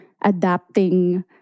adapting